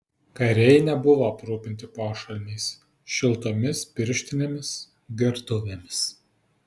kariai nebuvo aprūpinti pošalmiais šiltomis pirštinėmis gertuvėmis